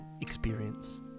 experience